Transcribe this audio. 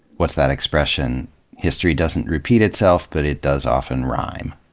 what's that expression history doesn't repeat itself, but it does often rhyme.